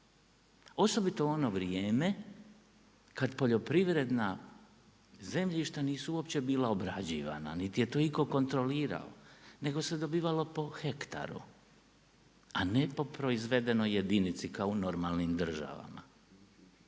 Osobito u ono vrijeme, kad poljoprivredna zemljišta nisu bila uopće obrađivana niti je to iko kontrolirao nego se dobivalo po hektaru, a ne po proizvedenoj jedinici kao u normalnim državama.